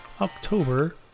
October